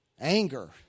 Anger